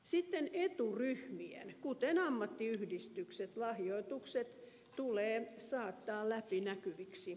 sitten eturyhmien kuten ammattiyhdistyksien lahjoitukset tulee saattaa läpinäkyviksi